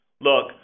look